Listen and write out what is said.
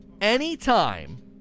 anytime